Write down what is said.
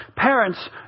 Parents